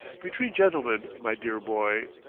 between gentlemen, my dear boy!